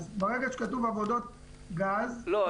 ברגע שכתוב עבודות גז --- לא,